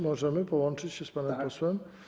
Możemy połączyć się z panem posłem?